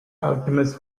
alchemist